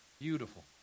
Beautiful